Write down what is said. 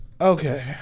Okay